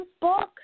book